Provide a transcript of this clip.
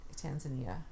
Tanzania